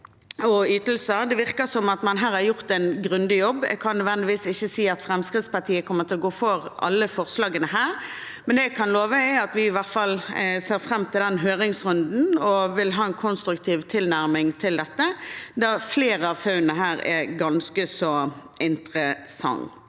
Det virker som at man her har gjort en grundig jobb. Jeg kan nødvendigvis ikke si at Fremskrittspartiet kommer til å gå for alle forslagene, men det jeg kan love, er at vi i hvert fall ser fram til den høringsrunden og vil ha en konstruktiv tilnærming til dette, da flere av funnene her er ganske så interessant.